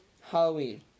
Halloween